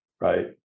Right